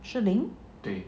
士林